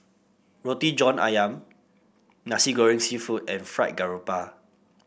Roti John ayam Nasi Goreng seafood and Fried Garoupa